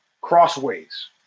crossways